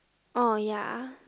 oh ya